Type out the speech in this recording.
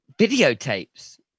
videotapes